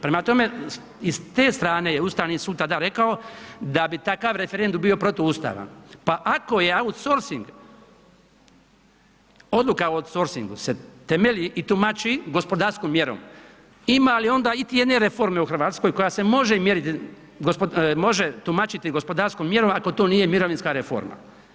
Prema tome i s te strane je Ustavni sud tada rekao da bi takav referendum bio protuustavan pa ako je outsourcing, odluka o sourcingu se temelji i tumači gospodarskom mjerom, ima li onda iti jedne reforme u Hrvatskoj koja se može tumačiti gospodarskom mjerom ako to nije mirovinska reforma.